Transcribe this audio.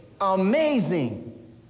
Amazing